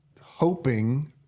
hoping